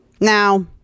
Now